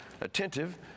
attentive